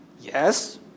Yes